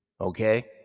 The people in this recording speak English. Okay